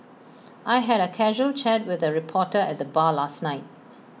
I had A casual chat with A reporter at the bar last night